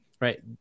Right